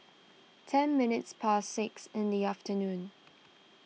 ten minutes past six in the afternoon